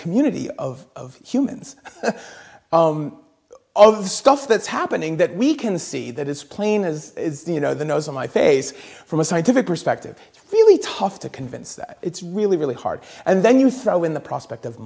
community of humans all of the stuff that's happening that we can see that it's plain as you know the nose on my face from a scientific perspective feely tough to convince that it's really really hard and then you throw in the prospect of